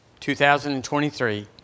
2023